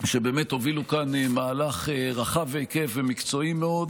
שבאמת הובילו כאן מהלך רחב היקף ומקצועי מאוד.